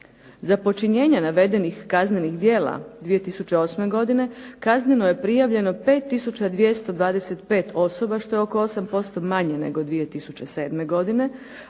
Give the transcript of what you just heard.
Za počinjenje navedenih kaznenih djela 2008. godine kazneno je prijavljeno 5 tisuća 225 osoba što je oko 8% manje nego 2007. godine